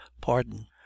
pardon